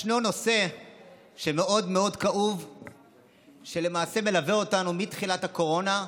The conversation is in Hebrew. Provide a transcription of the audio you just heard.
ישנו נושא מאוד מאוד כאוב שלמעשה מלווה אותנו מתחילת הקורונה,